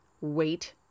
wait